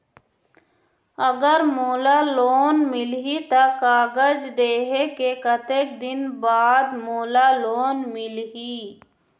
अगर मोला लोन मिलही त कागज देहे के कतेक दिन बाद मोला लोन मिलही?